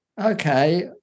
okay